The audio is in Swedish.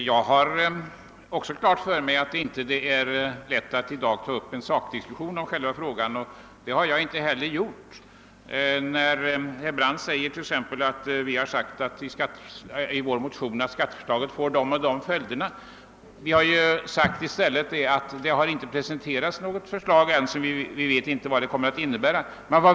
Herr talman! Även jag har klart för mig att det i dag inte är lätt att ta upp en sakdiskussion i skattefrågan. Jag har inte heller försökt att göra det. Herr Brandt påstår att vi i vår motion har sagt att skatteförslaget kommer att få vissa bestämda följder. Nej, vi har i stället framhållit att något förslag ännu inte har presenterats och att vi därför inte vet vad det kommer att innebära.